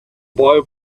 boy